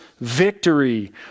victory